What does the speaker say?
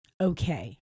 okay